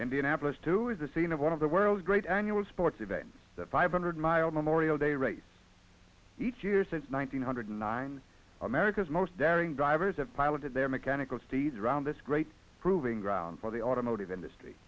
indianapolis too is the scene of one of the world's great annual sports events the five hundred mile memorial day race each year since one thousand eight hundred nine america's most daring drivers have piloted their mechanical steed around this great proving ground for the automotive industry